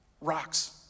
rocks